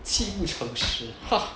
七步成诗 ha